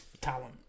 talent